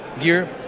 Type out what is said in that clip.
gear